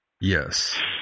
Yes